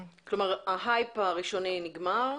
כלומר, ההייפ הראשוני נגמר,